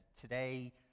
today